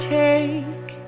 take